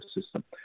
system